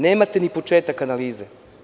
Nemate ni početak analize.